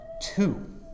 two